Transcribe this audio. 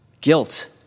guilt